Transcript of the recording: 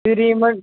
ਜੀ ਰੀਮੰਡ